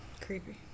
Creepy